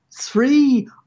three